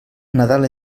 nadal